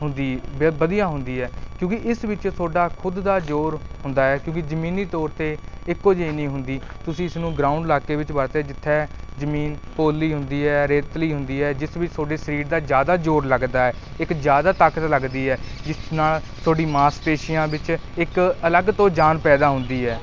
ਹੁੰਦੀ ਵ ਵਧੀਆ ਹੁੰਦੀ ਹੈ ਕਿਉਂਕਿ ਇਸ ਵਿੱਚ ਤੁਹਾਡਾ ਖੁਦ ਦਾ ਜ਼ੋਰ ਹੁੰਦਾ ਹੈ ਕਿਉਂਕਿ ਜ਼ਮੀਨੀ ਤੌਰ 'ਤੇ ਇੱਕੋ ਜਿਹੀ ਨਹੀਂ ਹੁੰਦੀ ਤੁਸੀਂ ਇਸ ਨੂੰ ਗਰਾਊਂਡ ਇਲਾਕੇ ਵਿੱਚ ਵਰਤਿਆ ਜਿੱਥੇ ਜ਼ਮੀਨ ਪੋਲੀ ਹੁੰਦੀ ਹੈ ਰੇਤਲੀ ਹੁੰਦੀ ਹੈ ਜਿਸ ਵਿੱਚ ਤੁਹਾਡੇ ਸਰੀਰ ਦਾ ਜ਼ਿਆਦਾ ਜ਼ੋਰ ਲੱਗਦਾ ਹੈ ਇੱਕ ਜ਼ਿਆਦਾ ਤਾਕਤ ਲੱਗਦੀ ਹੈ ਜਿਸ ਨਾਲ ਤੁਹਾਡੀਆਂ ਮਾਸ਼ਪੇਸ਼ੀਆਂ ਵਿੱਚ ਇੱਕ ਅਲੱਗ ਤੋਂ ਜਾਨ ਪੈਦਾ ਹੁੰਦੀ ਹੈ